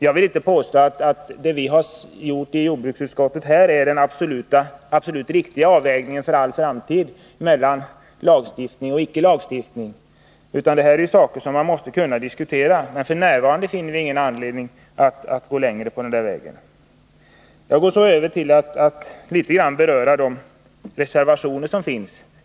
Jag vill inte påstå att den avvägning mellan lagstiftning och icke lagstiftning vi inom jordbruksutskottet har gjort här är den absolut riktiga för all framtid, utan det är ju frågor som man måste kunna diskutera. Men f.n. finner vi ingen anledning att gå längre på lagstiftningsvägen. Jag går så över till att något beröra de reservationer som avgivits.